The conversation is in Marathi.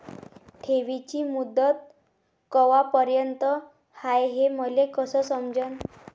ठेवीची मुदत कवापर्यंत हाय हे मले कस समजन?